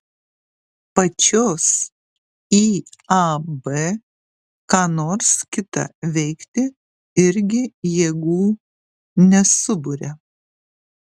pačios iab ką nors kitą veikti irgi jėgų nesuburia